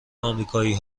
آمریکایی